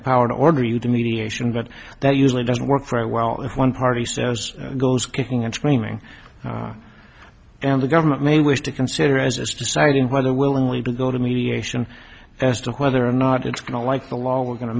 the power to order you to mediation but that usually doesn't work very well if one party says goes kicking and screaming and the government may wish to consider as is deciding whether willingly to go to mediation as to whether or not it's kind of like the law we're going to